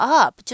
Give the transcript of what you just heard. up